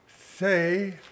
say